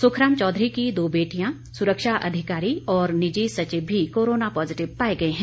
सुखराम चौधरी की दो बेटियां सुरक्षा अधिकारी और निजी सचिव भी कोरोना पॉजिटिव पाए गए हैं